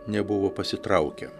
nebuvo pasitraukę